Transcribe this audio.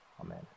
Amen